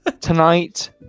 Tonight